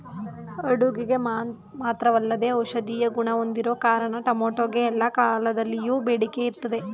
ಅಡುಗೆಗೆ ಮಾತ್ರವಲ್ಲದೇ ಔಷಧೀಯ ಗುಣ ಹೊಂದಿರೋ ಕಾರಣ ಟೊಮೆಟೊಗೆ ಎಲ್ಲಾ ಕಾಲದಲ್ಲಿಯೂ ಬೇಡಿಕೆ ಇರ್ತದೆ